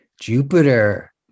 Jupiter